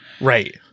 right